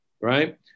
right